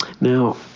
Now